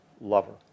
lover